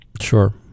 Sure